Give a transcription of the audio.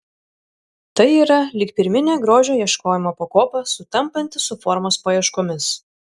tai yra lyg pirminė grožio ieškojimo pakopa sutampanti su formos paieškomis